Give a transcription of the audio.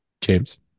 James